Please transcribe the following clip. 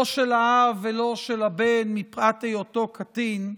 לא של האב ולא של הבן, מפאת היותו קטין,